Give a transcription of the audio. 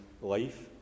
life